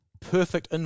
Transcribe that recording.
perfect